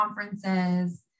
conferences